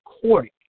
court